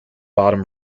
bottom